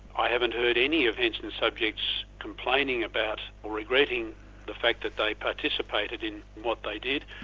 i haven't heard any of henson's subjects complaining about or regretting the fact that they participated in what they did.